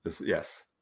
Yes